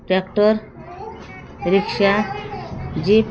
tractor rickshaw jeep